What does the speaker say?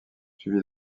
suivi